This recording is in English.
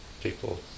people